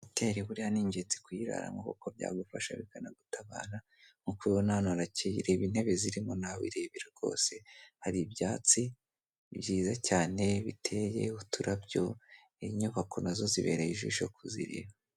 Ikamyo ndende y'icyatsi, ihetse kontineri ya shokora, igiye guca munsi y'ikiraro kirekire, ku ruhande hari abanyamaguru bagenda, hirya hateye ibiti byinshi, ipoto,...